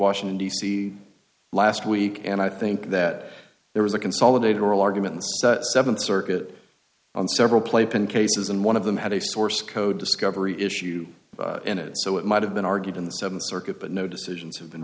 washington d c last week and i think that there was a consolidated oral argument seventh circuit on several playpen cases and one of them had a source code discovery issue in it so it might have been argued in the seventh circuit but no decisions have been